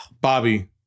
Bobby